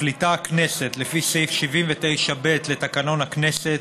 מחליטה הכנסת, לפי סעיף 79(ב) לתקנון הכנסת,